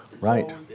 Right